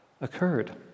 occurred